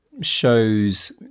shows